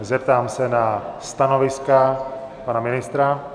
Zeptám se na stanoviska pana ministra.